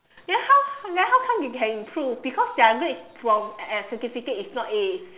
then how then how come they can improve because their grades from uh fifty six is not A